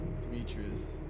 Demetrius